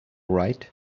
right